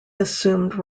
assumed